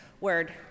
word